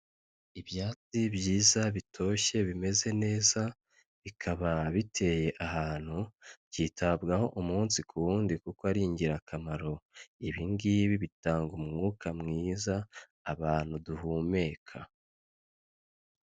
Ibyatsi byiza bitoshye bimeze neza bikaba biteye ahantu, byitabwaho umunsi ku wundi kuko ari ingirakamaro, ibi ngibi bitanga umwuka mwiza abantu duhumeka.